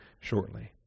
shortly